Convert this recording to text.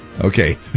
Okay